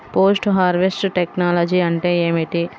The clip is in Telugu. పోస్ట్ హార్వెస్ట్ టెక్నాలజీ అంటే ఏమిటి?